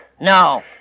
No